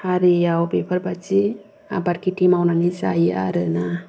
हारियाव बेफोरबायदि आबाद खेथि मावनानै जायो आरो ना